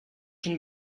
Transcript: can